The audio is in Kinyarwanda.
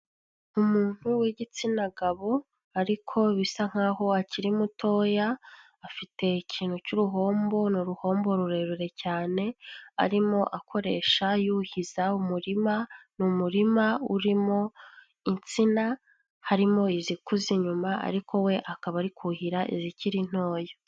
mUuntu w'igitsina gabo ariko bisa nkaho akiri mutoya, afite ikintu cy'uruhombo, ni uruhombo rurerure cyane, arimo akoresha yuhiza umurima, ni umurima urimo insina, harimo izikuze inyuma ariko we akaba ari kuhira izikiri ntoya.